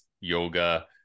yoga